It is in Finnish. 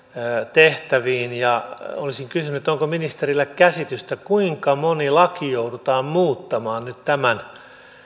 tehtäviin olisin kysynyt onko ministerillä käsitystä kuinka moni laki joudutaan muuttamaan nyt tämän